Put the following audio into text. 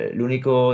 l'unico